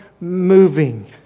moving